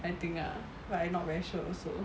I think ah but I not very sure also